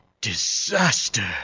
Disaster